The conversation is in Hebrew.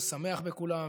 ושמח בכולם,